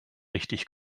richtig